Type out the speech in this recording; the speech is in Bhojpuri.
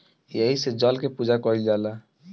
एही से जल के पूजा कईल जाला